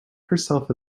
herself